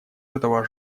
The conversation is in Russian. этого